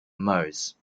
meuse